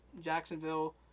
Jacksonville